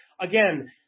again